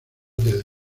del